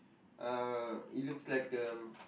uh it looks like um